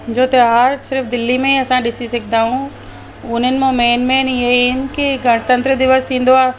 जो त्योहारु सिर्फ़ु दिल्ली में ई असां ॾिसी सघंदा आहियूं उन्हनि मां मेन मेन इहो ई आहिनि की गणतंत्र दिवस थींदो आहे